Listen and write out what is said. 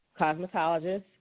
cosmetologist